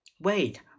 Wait